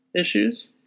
issues